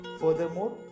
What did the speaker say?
Furthermore